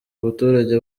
baturage